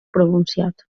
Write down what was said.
pronunciat